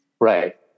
Right